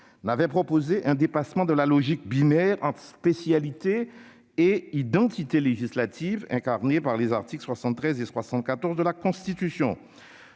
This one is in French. n'avait proposé un dépassement de la logique binaire entre spécialité et identité législative, incarnée par les articles 73 et 74 de la Constitution.